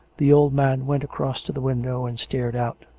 the old man went across to the window and stared out.